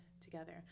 together